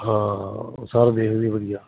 ਹਾਂ ਉਹ ਸਾਰਾ ਦੇਖਦੀ ਵੀ ਵਧੀਆ